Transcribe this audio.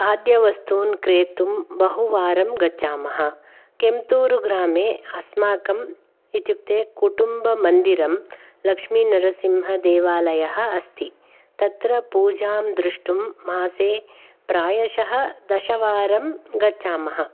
खाद्यवस्तूनि क्रेतुं बहुवारं गच्छामः केम्प्दूरुग्रामे अस्माकम् इत्युक्ते कुटुम्बमन्दिरं लक्ष्मीनरसिंहदेवालयः अस्ति तत्र पूजां द्रष्टुं मासे प्रायशः दशवारं गच्छामः